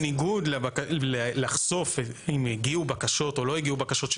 בניגוד לחשוף אם הגיעו בקשות או לא הגיעו בקשות,